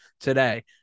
today